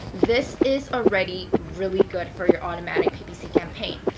this is already really good for your automatic ppc campaign.